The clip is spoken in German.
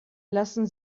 lassen